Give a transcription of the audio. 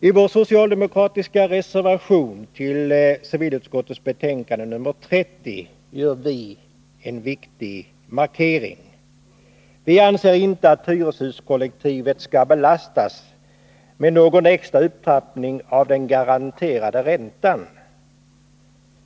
I vår socialdemokratiska reservation till civilutskottets betänkande nr 30 gör vi en viktig markering. Vi anser inte att hyreshuskollektivet bör belastas med någon extra upptrappning av den garanterade räntan.